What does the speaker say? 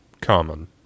common